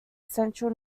central